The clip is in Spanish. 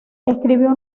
escribió